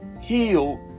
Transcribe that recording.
heal